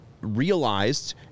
realized